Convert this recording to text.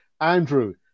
Andrew